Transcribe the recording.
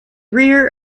rear